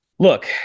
Look